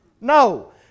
No